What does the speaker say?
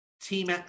Team